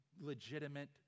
legitimate